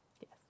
Yes